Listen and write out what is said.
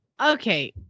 Okay